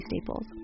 staples